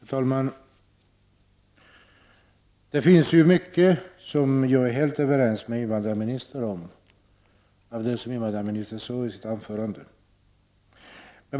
Herr talman! Det finns mycket i det som invandrarministern sade i sitt anförande som jag är helt överens med invandrarministern om.